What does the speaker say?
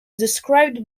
described